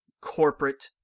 corporate